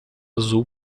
azul